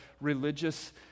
religious